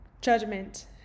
judgment